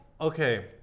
Okay